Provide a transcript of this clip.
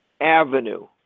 avenue